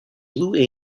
blue